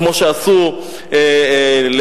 כמו שעשו לחרירי,